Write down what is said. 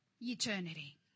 eternity